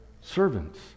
Servants